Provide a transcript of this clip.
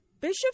Bishop